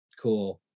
Cool